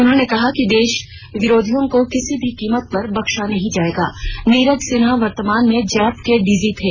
उन्होंने कहा कि देशविरोधियों को किसी कीमत पर नहीं बख्शे नीरज सिन्हा वर्तमान में जैप के डीजी थे